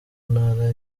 ntara